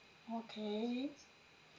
okay